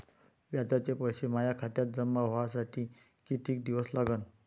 व्याजाचे पैसे माया खात्यात जमा व्हासाठी कितीक दिवस लागन?